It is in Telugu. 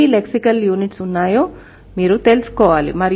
ఎన్ని లెక్సికల్ యూనిట్లు ఉన్నాయో మీరు తెలుసుకోవాలి